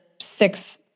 six